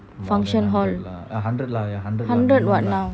function hall hundred [what] now